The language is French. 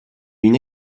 une